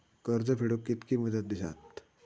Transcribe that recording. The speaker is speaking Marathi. कर्ज फेडूक कित्की मुदत दितात?